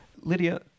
Lydia